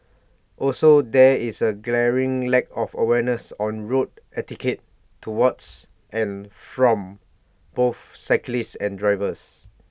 also there is A glaring lack of awareness on road etiquette towards and from both cyclists and drivers